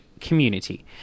community